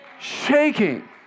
shaking